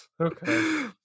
Okay